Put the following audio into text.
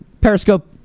Periscope